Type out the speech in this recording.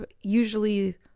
Usually